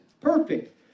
perfect